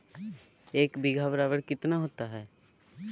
एक बीघा बराबर कितना होता है?